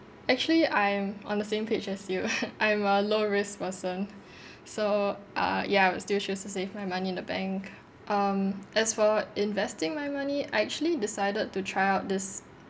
actually I am on the same page as you I'm a low risk person so uh ya I would still choose to save my money in the bank um as for investing my money I actually decided to try out this